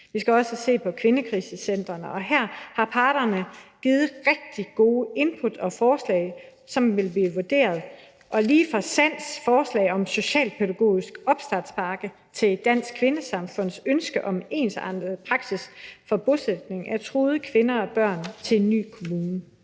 Vi skal også se på kvindekrisecentrene, og her har parterne givet rigtig gode input og forslag, som vil blive vurderet, lige fra SANDs forslag om en socialpædagogisk opstartspakke til Dansk Kvindesamfunds ønske om en ensartet praksis for bosætning af truede kvinder og børn i en ny kommune.